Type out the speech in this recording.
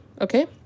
okay